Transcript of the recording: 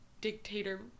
dictator